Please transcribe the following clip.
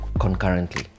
concurrently